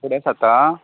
साडे सातांक